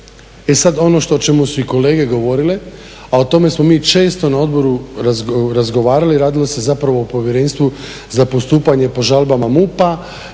E sad ono o čemu su i kolege govorile, a o tome smo mi često na odboru razgovarali, radilo se zapravo o povjerenstvu za postupanje po žalbama MUP-a,